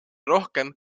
rohkem